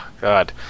God